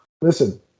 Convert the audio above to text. listen